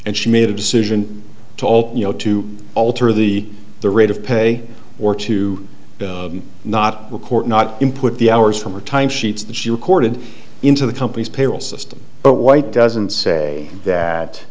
and she made a decision to alter you know to alter the the rate of pay or to not record not input the hours from her time sheets that she recorded into the company's payroll system but white doesn't say that